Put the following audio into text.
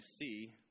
see